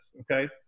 Okay